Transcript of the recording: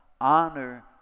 honor